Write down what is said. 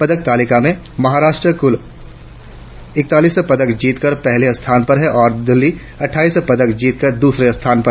पदक तालिका में महाराष्ट्र कुल इकतालिस पदक जीतकर पहले स्थान पर ओर दिल्ली अट्ठाईस पदक जीतकर दूसरे स्थान पर